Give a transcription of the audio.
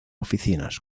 oficinas